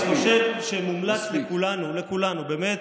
אני חושב שמומלץ לכולנו, לכולנו, באמת,